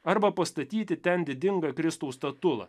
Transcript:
arba pastatyti ten didingą kristaus statulą